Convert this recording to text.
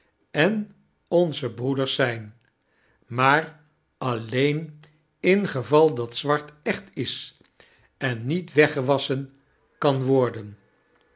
en onze broeders zyn maar alleen ingeval dat zwart echt is en niet weggewasschen kan worden